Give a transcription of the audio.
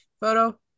photo